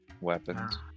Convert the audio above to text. weapons